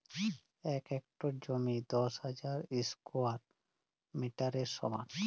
এক হেক্টর জমি দশ হাজার স্কোয়ার মিটারের সমান